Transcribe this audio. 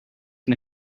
can